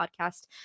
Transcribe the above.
podcast